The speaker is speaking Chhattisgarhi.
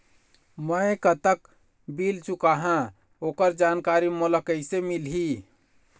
मैं कतक बिल चुकाहां ओकर जानकारी मोला कइसे मिलही?